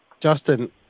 Justin